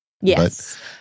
Yes